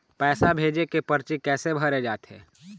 पैसा भेजे के परची कैसे भरे जाथे?